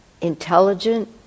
Intelligent